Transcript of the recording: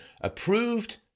approved